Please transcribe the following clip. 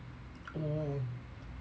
correct